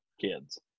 kids